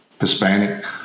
Hispanic